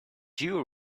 you